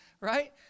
right